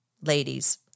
ladies